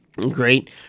Great